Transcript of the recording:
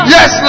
Yes